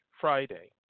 Friday